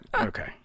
Okay